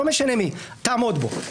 לא משנה מי תעמוד בו.